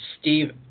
Steve